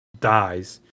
dies